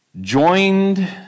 Joined